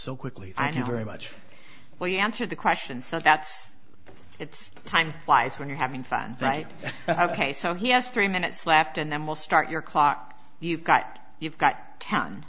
so quickly and very much where you answer the question so that's it's time flies when you're having fun right ok so he has three minutes left and then we'll start your clock you've got you've got ten